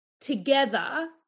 together